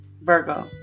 Virgo